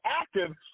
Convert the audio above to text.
active